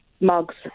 mugs